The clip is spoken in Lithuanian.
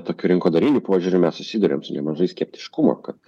tokiu rinkodariniu požiūriu mes susiduriam su nemažai skeptiškumo kad